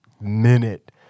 minute